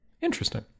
Interesting